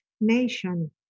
nation